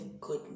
good